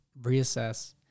reassess